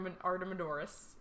Artemidorus